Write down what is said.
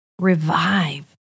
revive